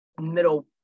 middle